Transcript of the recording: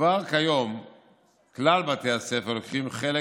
כבר כיום כל בתי הספר לוקחים חלק